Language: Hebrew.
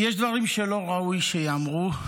יש דברים שלא ראוי שייאמרו,